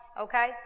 okay